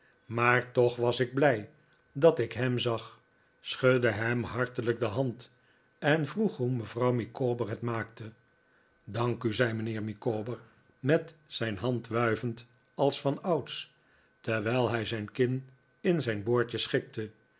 maar toch was ik blij dat ik hem zag schudde hem hartelijk de hand en vroeg hoe mevrouw micawber het maakte dank u zei mijnheer micawber rnet zijn hand wuivend als vanouds terwijl hij zijn kin in zijn boor dje schikte